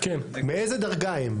מאיזה דרגה הם?